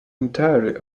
entirely